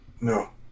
No